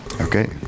Okay